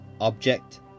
object